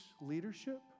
leadership